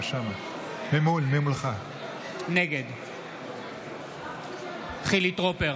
נגד חילי טרופר,